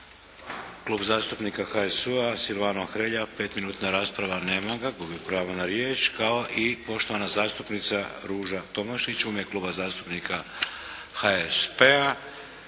Klub zastupnika HSU-a Silvano Hrelja, pet minutna rasprava. Nema ga. Gubi pravo na riječ kao i poštovana zastupnica Ruža Tomašić u ime Kluba zastupnika HSP-a.